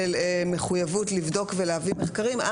של מחויבות לבודק ולהביא מחקרים.